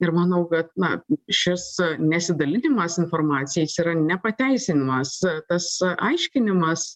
ir manau kad na šis nesidalindamas informacija jis yra ne pateisinimas tas aiškinimas